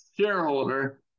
shareholder